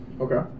Okay